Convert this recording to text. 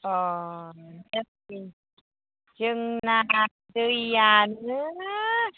अह दे उम जोंना दैआनो